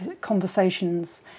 conversations